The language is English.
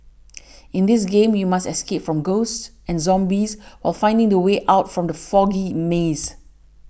in this game you must escape from ghosts and zombies while finding the way out from the foggy maze